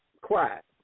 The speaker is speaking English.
quiet